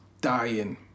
dying